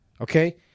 Okay